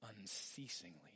unceasingly